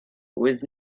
was